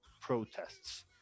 protests